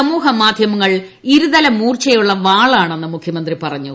സമൂഹ മാധ്യമങ്ങൾ ഇരുതലമൂർച്ചയുള്ള വാളാണെന്ന് മുഖ്യമന്ത്രി പറഞ്ഞു